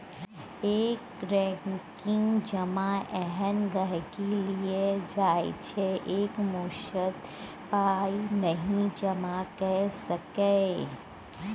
recurring जमा एहन गांहिकी लेल छै जे एकमुश्त पाइ नहि जमा कए सकैए